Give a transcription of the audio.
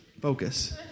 Focus